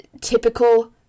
typical